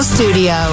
Studio